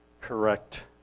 correct